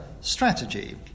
strategy